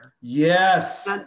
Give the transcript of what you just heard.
yes